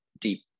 deep